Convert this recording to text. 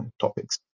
topics